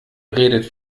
redet